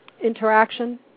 interaction